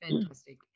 fantastic